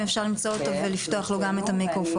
אם אפשר למצוא אותו ולפתוח לו גם את המקרופון.